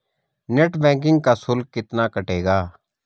Net banking का शुल्क कितना कटेगा?